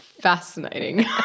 fascinating